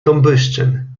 combustion